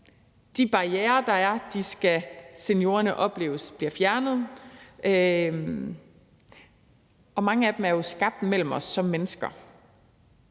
De barrierer, der er, skal seniorerne opleve bliver fjernet. Mange af dem er jo skabt mellem os som mennesker,